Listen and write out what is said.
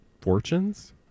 fortunes